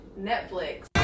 Netflix